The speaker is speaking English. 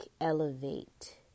elevate